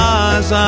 eyes